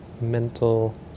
mental